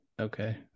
Okay